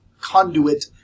conduit